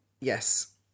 yes